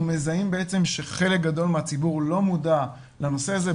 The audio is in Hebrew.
אנחנו מזהים שחלק גדול מהציבור לא מודע לנושא הזה,